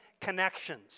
connections